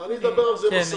אני אדבר על זה עם השרה.